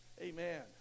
amen